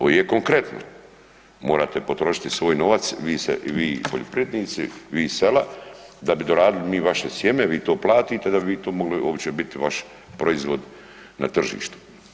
Ovo je konkretno, morate potrošiti svoj novac vi poljoprivrednici i vi iz sela da bi doradili mi vaše sjeme, vi to platite da bi vi to mogli uopće bit vaš proizvod na tržištu.